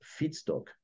feedstock